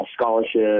scholarship